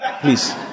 please